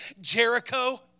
Jericho